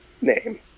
name